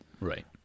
Right